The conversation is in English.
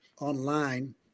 online